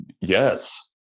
yes